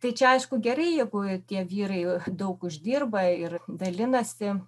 tai čia aišku gerai jeigu tie vyrai daug uždirba ir dalinasi